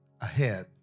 ahead